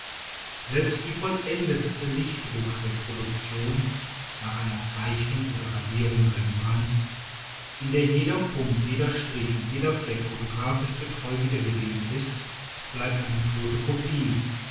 selbst die vollendetste lichtdruckreproduktion nach einer zeichnung oder radierung rembrandts in der jeder punkt jeder strich und jeder fleck photographisch getreu wiedergegeben ist bleibt eine tote